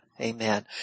Amen